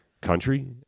country